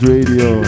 Radio